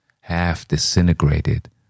half-disintegrated